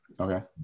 Okay